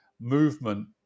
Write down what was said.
movement